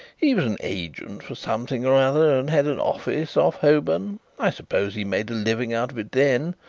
he was an agent for something or other and had an office off holborn. i suppose he made a living out of it then,